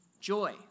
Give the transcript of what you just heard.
joy